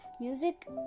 music